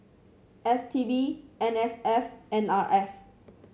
S T B N S F N R F